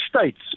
states